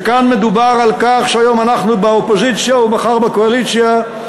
שכאן מדובר על כך שהיום אנחנו באופוזיציה ומחר נהיה בקואליציה,